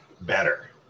better